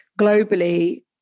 globally